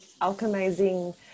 alchemizing